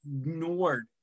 ignored